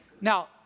Now